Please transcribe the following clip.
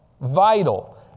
Vital